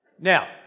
Now